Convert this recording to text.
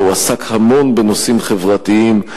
אלא הוא עסק המון בנושאים חברתיים.